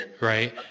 right